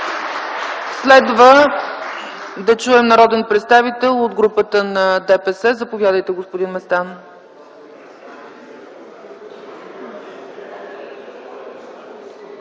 Следва да чуем народен представител от групата на ДПС. Заповядайте, господин Местан.